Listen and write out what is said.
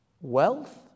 wealth